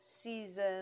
season